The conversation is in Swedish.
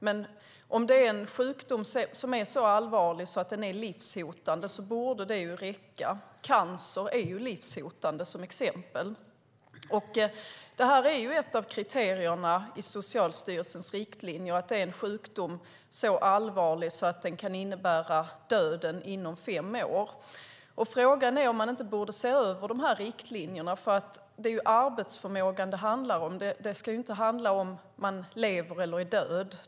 Men om det är en sjukdom som är så allvarlig att den är livshotande borde det räcka. Cancer, exempelvis, är livshotande. Detta är ett av kriterierna i Socialstyrelsens riktlinjer. Det ska handla om en sjukdom som är så allvarlig att den kan innebära döden inom fem år. Frågan är om riktlinjerna inte borde ses över. Det är arbetsförmågan det handlar om; det ska inte handla om huruvida man lever eller är död.